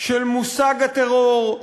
של מושג הטרור,